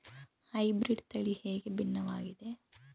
Hybrid ತಳಿ ಹೇಗೆ ಭಿನ್ನವಾಗಿದೆ?